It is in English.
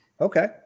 Okay